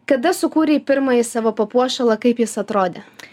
kada sukūrei pirmąjį savo papuošalą kaip jis atrodė